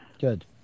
Good